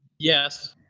yes.